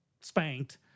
spanked